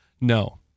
No